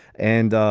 and,